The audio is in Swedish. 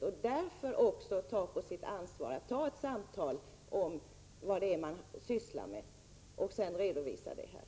Därför borde han också ta på sitt ansvar att inleda samtal om vad man sysslar med och sedan redovisa detta här.